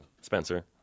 Spencer